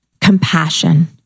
compassion